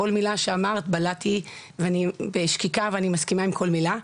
כל מילה שאמרת אני בלעתי בשקיקה ואני מסכימה על כל מילה.